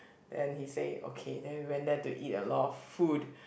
then he say okay then we went there to eat a lot of food